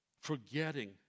Forgetting